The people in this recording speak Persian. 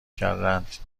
کردندکه